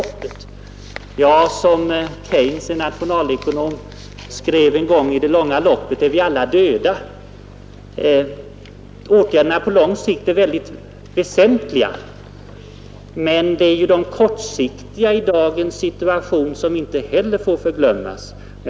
Men som Keynes, en nationalekonom, skrev en gång: I det långa loppet är vi alla döda. Åtgärderna på lång sikt är mycket väsentliga, men i dagens situation får inte heller de kortsiktiga åtgärderna glömmas bort.